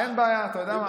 אין בעיה, אתה יודע מה?